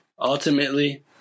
Ultimately